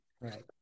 Right